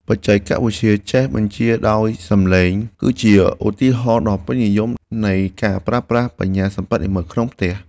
បច្ចេកវិទ្យាចេះបញ្ជាដោយសំឡេង គឺជាឧទាហរណ៍ដ៏ពេញនិយមនៃការប្រើប្រាស់បញ្ញាសិប្បនិម្មិតក្នុងផ្ទះ។